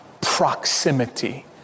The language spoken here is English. proximity